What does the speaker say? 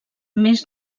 més